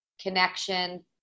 connection